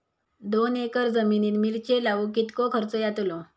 दोन एकर जमिनीत मिरचे लाऊक कितको खर्च यातलो?